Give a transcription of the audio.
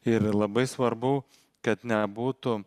ir labai svarbu kad nebūtų